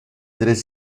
tres